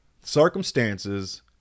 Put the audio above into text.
circumstances